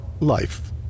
Life